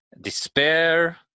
despair